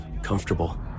comfortable